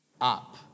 up